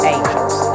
Angels